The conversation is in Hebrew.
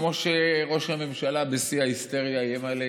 וכמו שראש הממשלה בשיא ההיסטריה איים עלינו,